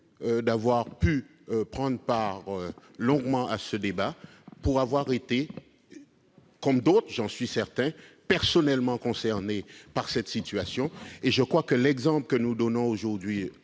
d'avoir pu prendre part longuement à ce débat, pour avoir été, comme d'autres, j'en suis certain, personnellement concerné par cette situation. Je crois que l'exemple que nous donnons aujourd'hui,